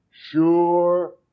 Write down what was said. sure